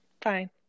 Fine